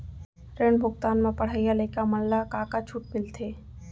ऋण भुगतान म पढ़इया लइका मन ला का का छूट मिलथे?